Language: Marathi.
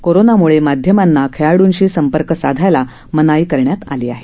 कोरोनामुळे माध्यमांना खेळाड्ंशी संपर्क साधायला मनाई करण्यात आली आहे